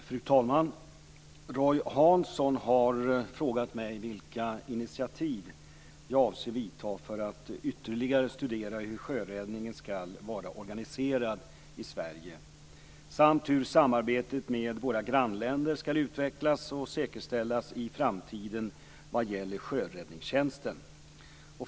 Fru talman! Roy Hansson har frågat mig vilka initiativ jag avser vidta för att ytterligare studera hur sjöräddningen ska vara organiserad i Sverige samt hur samarbetet med våra grannländer ska utvecklas och säkerställas i framtiden vad gäller sjöräddningstjänsten.